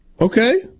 Okay